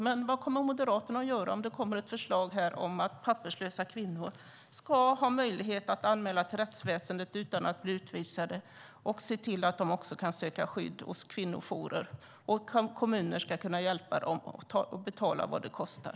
Men vad kommer Moderaterna att göra om det kommer ett förslag om att papperslösa kvinnor ska ha möjlighet att anmäla till rättsväsendet utan att bli utvisade, att de ska kunna söka skydd hos kvinnojourer och att kommuner ska kunna hjälpa dem att betala vad det kostar?